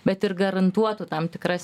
bet ir garantuotų tam tikras